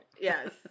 yes